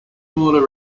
smaller